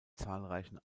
zahlreichen